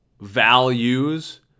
values